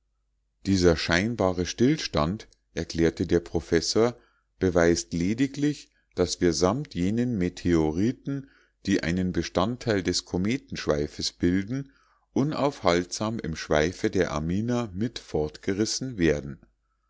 dieser scheinbare stillstand erklärte der professor beweist lediglich daß wir samt jenen meteoriten die einen bestandteil des kometenschweifes bilden unaufhaltsam im schweife der amina mit fortgerissen werden